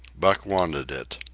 buck wanted it.